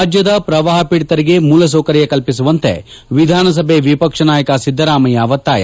ರಾಜ್ಲದ ಪ್ರವಾಹಪೀಡಿತರಿಗೆ ಮೂಲಸೌಕರ್ಯ ಕಲ್ಲಿಸುವಂತೆ ವಿಧಾನಸಭೆ ವಿಪಕ್ಷ ನಾಯಕ ಸಿದ್ದರಾಮಯ್ಯ ಒತ್ತಾಯ